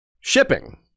shipping